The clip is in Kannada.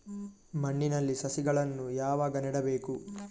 ಮಣ್ಣಿನಲ್ಲಿ ಸಸಿಗಳನ್ನು ಯಾವಾಗ ನೆಡಬೇಕು?